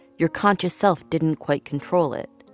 your conscious self didn't quite control it.